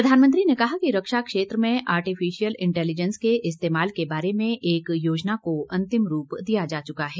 प्रधानमंत्री ने कहा कि रक्षा क्षेत्र में आर्टिफिशियल इंटेलिजेंटस के इस्तेमाल के बारे में एक योजना को अंतिम रूप दिया जा चुका है